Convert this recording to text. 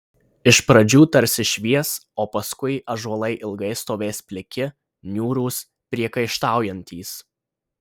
iš pradžių tarsi švies o paskui ąžuolai ilgai stovės pliki niūrūs priekaištaujantys